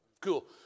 Cool